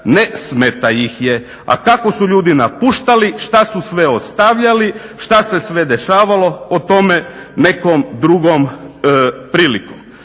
Ne smeta ih. A kako su ljudi napuštali, što su sve ostavljali, što se sve dešavalo? O tome nekom drugom prilikom.